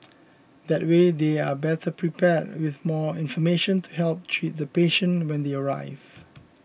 that way they are better prepared with more information to help treat the patient when they arrive